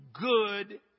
good